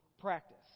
practice